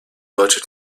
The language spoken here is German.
deutsche